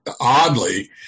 oddly